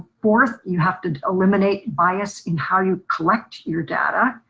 fourth you have to eliminate bias in how you collect your data.